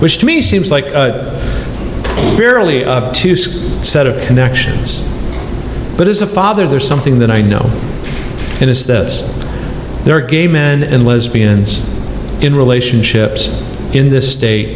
which to me seems like a fairly set of connections but as a father there's something that i know there are gay men and lesbians in relationships in this state